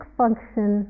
function